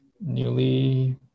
newly